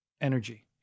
energy